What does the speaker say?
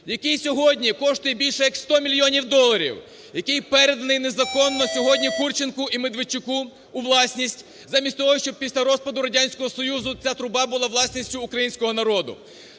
який сьогодні коштує більше як 100 мільйонів доларів, який переданий незаконно сьогодні Курченку і Медведчуку у власність. Замість того, щоб після розпаду Радянського Союзу ця труба була власністю українського народу.